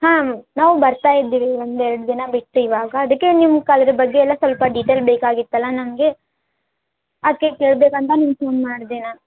ಹಾಂ ನಾವು ಬರ್ತಾಯಿದ್ದೀವಿ ಒಂದು ಎರಡು ದಿನ ಬಿಟ್ಟು ಇವಾಗ ಅದಿಕ್ಕೆ ನಿಮ್ಮ ಕ ಅದರ ಬಗ್ಗೆಯೆಲ್ಲ ಸ್ವಲ್ಪ ಡಿಟೇಲ್ ಬೇಕಾಗಿತ್ತಲ್ಲ ನನಗೆ ಅದಕ್ಕೆ ಕೇಳಬೇಕಂತ ನಿಮ್ಗೆ ಫೋನ್ ಮಾಡಿದೆ ನಾ